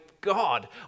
God